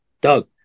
Doug